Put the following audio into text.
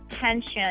tension